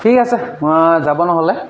ঠিক আছে মই যাব নহ'লে